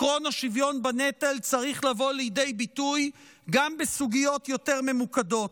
עקרון השוויון בנטל צריך לבוא לידי ביטוי גם בסוגיות יותר ממוקדות.